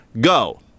Go